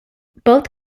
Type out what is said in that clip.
both